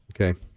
Okay